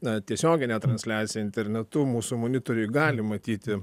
na tiesioginę transliaciją internetu mūsų monitoriuj gali matyti